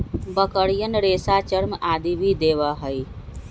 बकरियन रेशा, चर्म आदि भी देवा हई